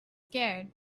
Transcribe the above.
scared